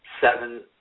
seven